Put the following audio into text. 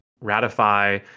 ratify